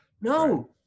No